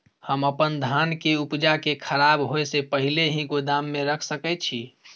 हम अपन धान के उपजा के खराब होय से पहिले ही गोदाम में रख सके छी?